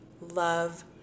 love